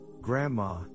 Grandma